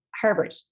Harvard